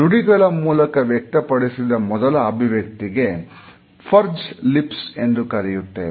ನುಡಿಗಳ ಮೂಲಕ ವ್ಯಕ್ತಪಡಿಸಿದ ಮೊದಲ ಅಭಿವ್ಯಕ್ತಿಗೆ ಪುರ್ಜ್ಡ್ ಲಿಪ್ಸ್ ಎಂದು ಕರೆಯುತ್ತೇವೆ